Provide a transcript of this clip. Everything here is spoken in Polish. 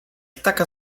taka